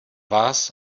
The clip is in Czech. vás